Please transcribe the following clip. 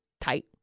tight